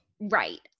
right